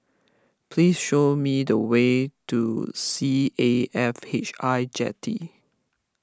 please show me the way to C A F H I Jetty